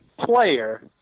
player